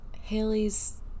Haley's